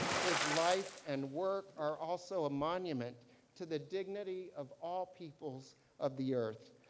his life and work are also a monument to the dignity of all peoples of the earth,